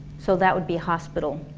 so that would be hospital,